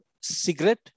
cigarette